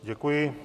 Děkuji.